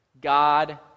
God